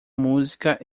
música